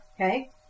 Okay